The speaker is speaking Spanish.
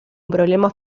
problemas